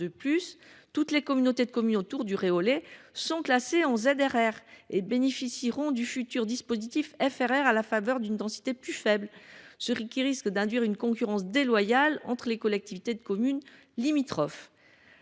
De plus, toutes les communautés de communes autour du Réolais sont classées en zone de revitalisation rurale et bénéficieront du futur dispositif FRR à la faveur d’une densité plus faible, ce qui risque d’induire une concurrence déloyale entre les collectivités de communes limitrophes.